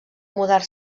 mudar